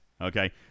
Okay